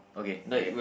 okay okay